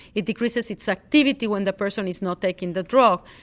it decreases its activity when the person is not taking the drug,